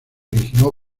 originó